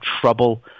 trouble